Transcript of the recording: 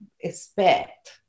expect